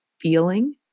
feeling